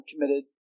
committed